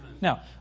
Now